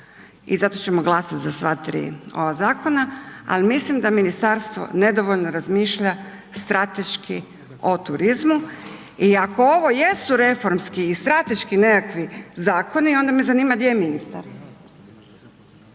i zato ćemo glasati za sva tri ova zakona al mislim da ministarstvo nedovoljno razmišlja strateški o turizmu i ako ovo jesu reformski i strateški nekakvi zakoni, onda me zanima gdje je ministar?